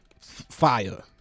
fire